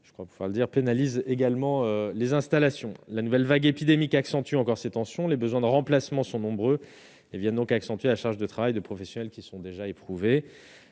je crois qu'il fallait dire pénalise également les installations, la nouvelle vague épidémique accentue encore ces tensions, les besoins de remplacements sont nombreux et bien donc accentuer la charge de travail de professionnels qui sont déjà éprouvée,